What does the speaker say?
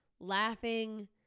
laughing